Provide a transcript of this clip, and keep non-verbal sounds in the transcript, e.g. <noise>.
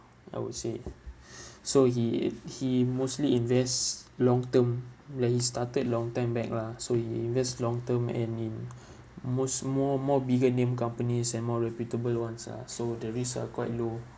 I would say <breath> so he he mostly invests long term where he started long time back lah so he invest long term and in most more more bigger name companies and more reputable ones ah so the risks are quite low